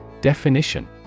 Definition